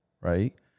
right